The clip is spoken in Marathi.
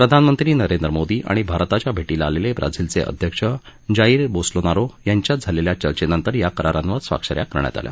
प्रधानमंत्री नरेंद्र मोदी आणि भारताच्या भेटीला आलेले ब्राझीलचे अध्यक्ष जाईर मेसीआस बोस्लोनारो यांच्यात झालेल्या चर्चेनंतर या करारांवर स्वाक्ष या करण्यात आल्या